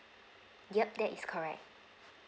yup that is correct